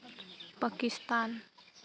Pakistan